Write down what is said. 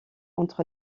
entre